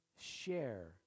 share